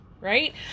right